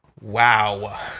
Wow